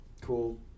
cool